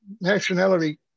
nationality